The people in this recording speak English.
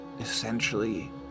essentially